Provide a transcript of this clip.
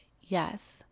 Yes